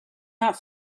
not